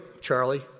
Charlie